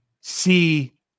see